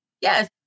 Yes